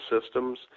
systems